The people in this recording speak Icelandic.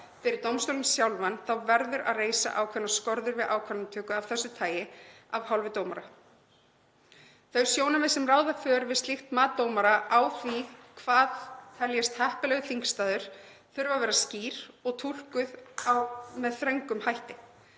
fyrir dómstólinn sjálfan þá verður að reisa ákveðnar skorður við ákvarðanatöku af þessu tagi af hálfu dómara. Þau sjónarmið sem ráða för við slíkt mat dómara á því hvað teljist heppilegur þingstaður þurfa að vera skýr og túlkuð með þröngum hætti.